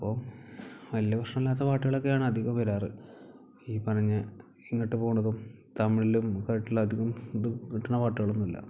അപ്പ വലിയ പ്രശ്നമില്ലാത്ത പാട്ടുകളൊക്കെയാണ് അധികം വരാറുള്ളത് ഈ പറഞ്ഞു ഇങ്ങോട്ട് പോകുന്നതും തമിഴിലും കിട്ടുന്ന പാട്ടുകളൊന്നുമില്ല